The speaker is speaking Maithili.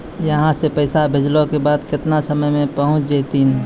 यहां सा पैसा भेजलो के बाद केतना समय मे पहुंच जैतीन?